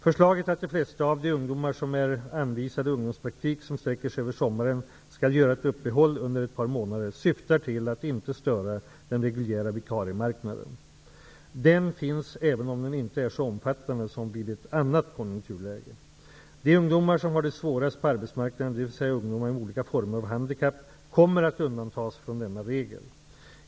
Förslaget att de flesta av de ungdomar som är anvisade ungdomspraktik som sträcker sig över sommaren skall göra ett uppehåll under ett par månader syftar till att inte störa den reguljära vikariearbetsmarknaden. Den finns, även om den inte är så omfattande som vid ett annat konjunkturläge. De ungdomar som har det svårast på arbetsmarknaden, dvs. ungdomar med olika former av handikapp, kommer att undantas från denna regel.